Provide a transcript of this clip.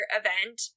event